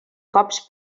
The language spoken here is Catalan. cops